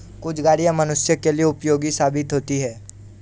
कुछ गाड़ियां मनुष्यों के लिए उपयोगी साबित होती हैं